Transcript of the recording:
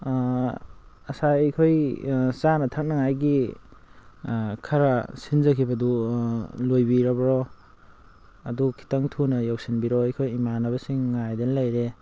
ꯉꯁꯥꯏ ꯑꯩꯈꯣꯏ ꯆꯥꯅ ꯊꯛꯅꯉꯥꯏꯒꯤ ꯈꯔ ꯁꯤꯟꯖꯈꯤꯕꯗꯨ ꯂꯣꯏꯕꯤꯔꯕ꯭ꯔꯣ ꯑꯗꯨ ꯈꯤꯇꯪ ꯊꯨꯅ ꯌꯧꯁꯤꯟꯕꯤꯔꯛꯑꯣ ꯑꯩꯈꯣꯏ ꯏꯃꯥꯟꯅꯕꯁꯤꯡ ꯉꯥꯏꯗꯅ ꯂꯩꯔꯦ